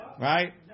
right